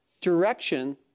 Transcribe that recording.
direction